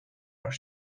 are